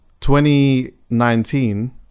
2019